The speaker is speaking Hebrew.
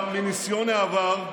אבל מניסיון העבר,